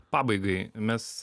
pabaigai mes